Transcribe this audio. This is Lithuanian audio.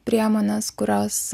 priemonės kurios